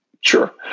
Sure